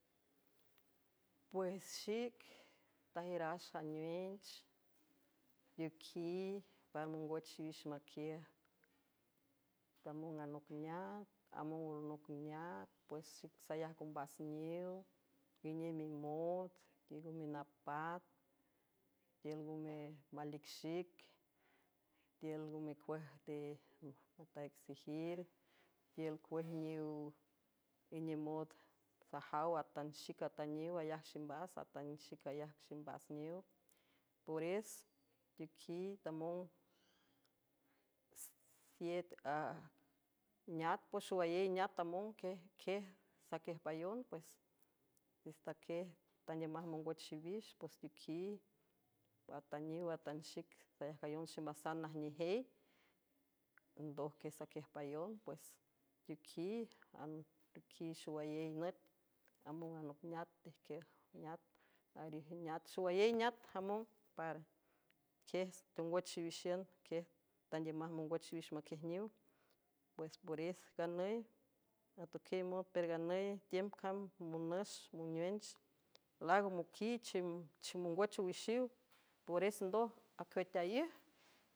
Pues xic tajiürax aneuench teoqui para mongwüch xiwix maquiej tamong anocneat among alnocneat pues xic sayajc ombas niw nguiney mimood i ngo menapat tiül ngome malic xic tiül ngomicuej nde ataixejir tiül cuej niw inemod sajaw atan xic atüniw ayajc ximbas atan xic ayaj ximbas niw pores tiqui tamong siet a neat pue xowayey neat among quiej saquiejpayon pues is taquiej tanduiümaj mongwüch xiwix pues teuqui atüniw atan xic sayajcayon ximbasan najnejey ndoj quiej saquiejpayon pues tuqui antequiy xowayey nüt among anocneat equiej neat arijneat xowayey neat among para quiej tengwüch xiwixiün quiej tandiümaj mongwüch xiwix maquiej niw pues pores nganüy atüquiy mod per nganüy tiüm cam monüx monewench laago moquiy chimongwüch owixiw pores ndoj acüetaíüj.